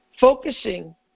Focusing